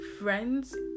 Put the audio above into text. friends